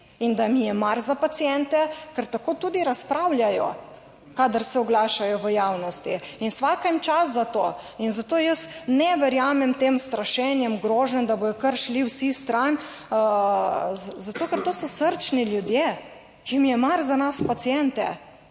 in da jim je mar za paciente, ker tako tudi razpravljajo, kadar se oglašajo v javnosti. In svaka jim čast za to. In zato jaz ne verjamem tem strašenjem, groženj, da bodo kar šli vsi stran, zato ker to so srčni ljudje, ki jim je mar za nas, paciente.